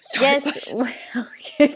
Yes